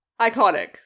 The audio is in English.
Iconic